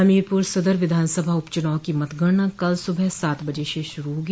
हमीरपुर सदर विधानसभा उप चुनाव की मतगणना कल सुबह सात बजे से शुरू होगी